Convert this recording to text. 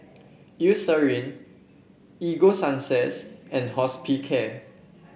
Eucerin Ego Sunsense and Hospicare